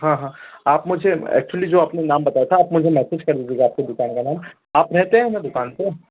हाँ हाँ आप मुझे ऐक्चुअली जो आप ने नाम बताया था आप मुझे मैसेज कर दीजिएगा आपकी दुकान का नाम आप रहते हैं ना दुकान पर